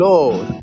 Lord